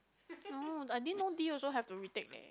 oh I din know D also have to retake leh